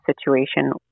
situation